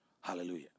Hallelujah